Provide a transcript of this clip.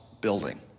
building